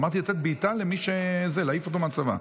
אמרתי: לתת בעיטה, להעיף אותו מהצבא.